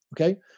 okay